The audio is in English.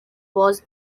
was